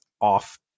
off